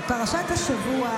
בפרשת השבוע